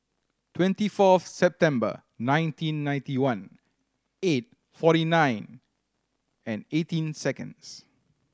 twenty fourth September nineteen ninety one eight forty nine and eighteen seconds